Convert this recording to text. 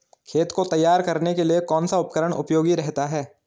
खेत को तैयार करने के लिए कौन सा उपकरण उपयोगी रहता है?